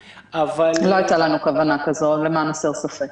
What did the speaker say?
לא הייתה לנו כוונה זו, למען הסר ספק.